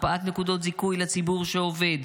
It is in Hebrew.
הקפאת נקודות זיכוי לציבור שעובד,